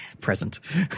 present